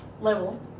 level